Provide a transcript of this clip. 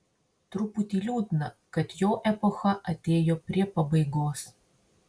truputį liūdna kad jo epocha atėjo prie pabaigos